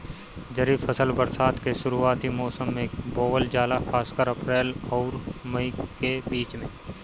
खरीफ फसल बरसात के शुरूआती मौसम में बोवल जाला खासकर अप्रैल आउर मई के बीच में